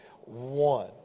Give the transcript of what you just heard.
One